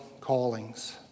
callings